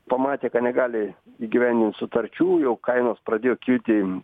pamatė kad negali įgyvendinti sutarčių jau kainos pradėjo kilti